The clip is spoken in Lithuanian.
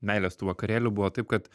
meilės tų vakarėlių buvo taip kad